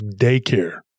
daycare